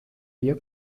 vio